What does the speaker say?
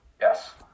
Yes